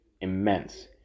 immense